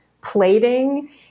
Plating